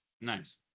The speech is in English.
Nice